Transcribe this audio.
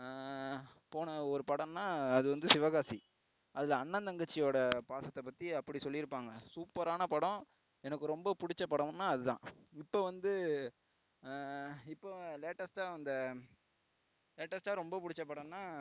போன ஒரு படம்ன்னால் அது வந்து சிவகாசி அதில் அண்ணன் தங்கச்சி ஓட பாசத்தை பற்றி அப்படி சொல்லியிருப்பாங்க சூப்பரான படம் எனக்கு ரொம்ப பிடிச்ச படம்ன்னால் அது தான் இப்போ வந்து இப்போ லேட்டஸ்ட்டாக வந்த லேட்டஸ்ட்டாக ரொம்ப பிடிச்ச படம்ன்னால்